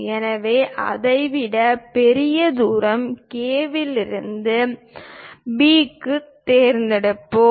எனவே அதைவிட பெரிய தூரம் K இலிருந்து B க்குத் தேர்ந்தெடுப்போம்